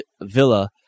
villa